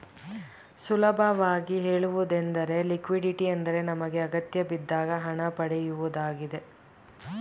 ಸುಲಭವಾಗಿ ಹೇಳುವುದೆಂದರೆ ಲಿಕ್ವಿಡಿಟಿ ಎಂದರೆ ನಮಗೆ ಅಗತ್ಯಬಿದ್ದಾಗ ಹಣ ಪಡೆಯುವುದಾಗಿದೆ